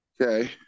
Okay